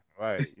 Right